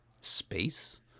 space